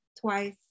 twice